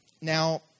Now